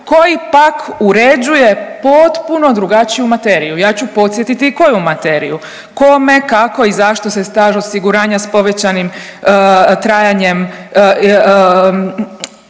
koji pak uređuje potpuno drugačiju materiju, ja ću podsjetiti koju materiju, kome, kako i zašto se staž osiguranja s povećanim trajanjem osigurava